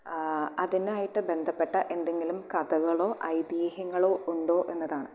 അതിനായിട്ട് ബന്ധപ്പെട്ട എന്തെങ്കിലും കഥകളോ ഐതീഹ്യങ്ങളോ ഉണ്ടോ എന്നതാണ്